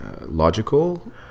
logical